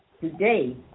today